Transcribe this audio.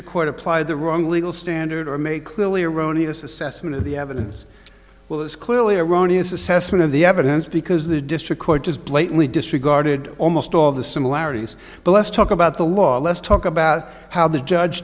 district court applied the wrong legal standard or make clearly erroneous assessment of the evidence was clearly erroneous assessment of the evidence because the district court has blatantly disregarded almost all the similarities but let's talk about the law let's talk about how the judge